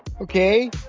okay